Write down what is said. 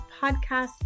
podcast